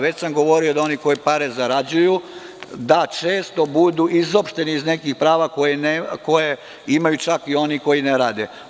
Već sam govorio o tome da oni koji pare zarađuju, da često budu izopšteni iz nekih prava koje imaju čak i oni koji ne rade.